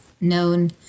known